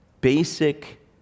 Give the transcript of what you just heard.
basic